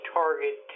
target